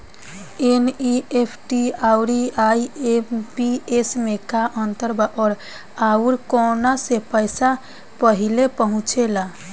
NEFT आउर IMPS मे का अंतर बा और आउर कौना से पैसा पहिले पहुंचेला?